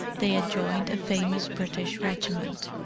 they had joined a famous british regiment,